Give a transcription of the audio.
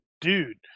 dude